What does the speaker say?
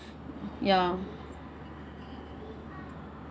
ya